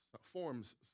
forms